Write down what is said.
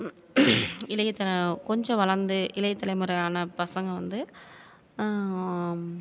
இளையத கொஞ்சம் வளர்ந்து இளைய தலைமுறை ஆன பசங்கள் வந்து